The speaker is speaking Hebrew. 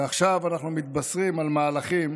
ועכשיו אנחנו מתבשרים על מהלכים